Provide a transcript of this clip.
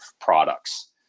products